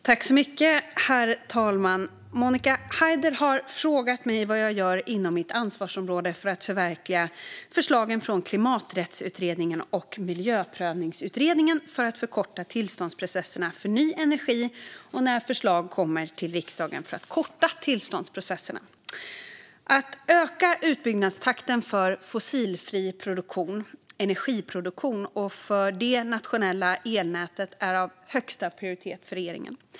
Herr talman! har frågat mig vad jag gör, inom mitt ansvarsområde, för att förverkliga förslagen från Klimaträttsutredningen och Miljöprövningsutredningen för att förkorta tillståndsprocesserna för ny energi och när förslag kommer till riksdagen för att korta tillståndsprocesserna. Att öka utbyggnadstakten för fossilfri energiproduktion och för det nationella elnätet är av högsta prioritet för regeringen.